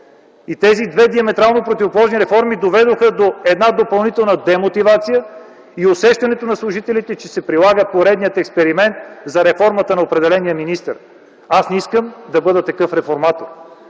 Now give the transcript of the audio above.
И тези две диаметрално противоположни реформи доведоха до една допълнителна демотивация и усещането на служителите, че се прилага поредният експеримент за реформата на определения министър. Аз не искам да бъда такъв реформатор.